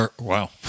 Wow